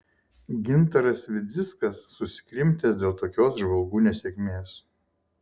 gintaras vidzickas susikrimtęs dėl tokios žvalgų nesėkmės